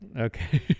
Okay